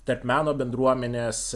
tarp meno bendruomenės